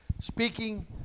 speaking